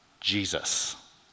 Jesus